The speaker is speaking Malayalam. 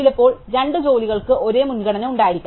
ചിലപ്പോൾ രണ്ട് ജോലികൾക്ക് ഒരേ മുൻഗണന ഉണ്ടായിരിക്കാം